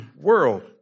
world